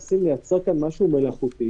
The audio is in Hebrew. ואולי מישהו אחר שהיה יושב במקום שלי,